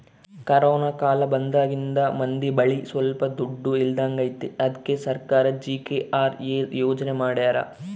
corona ಕಾಲ ಬಂದಾಗಿಂದ ಮಂದಿ ಬಳಿ ಸೊಲ್ಪ ದುಡ್ಡು ಇಲ್ದಂಗಾಗೈತಿ ಅದ್ಕೆ ಸರ್ಕಾರ ಜಿ.ಕೆ.ಆರ್.ಎ ಯೋಜನೆ ಮಾಡಾರ